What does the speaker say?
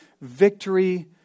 victory